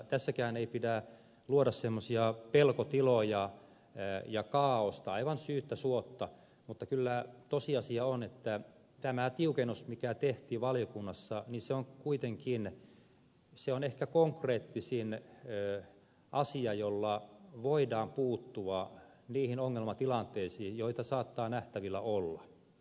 tässäkään ei pidä luoda semmoisia pelkotiloja ja kaaosta aivan syyttä suotta mutta kyllä tosiasia on että tämä tiukennus joka tehtiin valiokunnassa on kuitenkin ehkä konkreettisin asia jolla voidaan puuttua niihin ongelmatilanteisiin joita saattaa nähtävillä olla